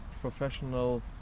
professional